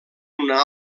una